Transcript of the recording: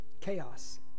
chaos